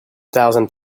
thousand